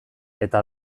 eta